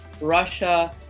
Russia